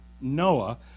Noah